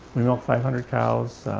we milk five hundred cows